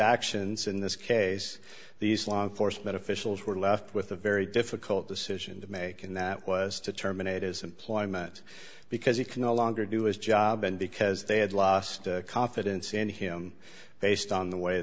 actions in this case these long foresman officials were left with a very difficult decision to make and that was to terminate his employment because he can no longer do his job and because they had lost confidence in him based on the way